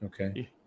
Okay